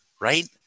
right